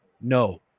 no